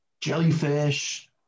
jellyfish